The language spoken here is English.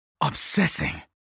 obsessing